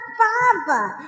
father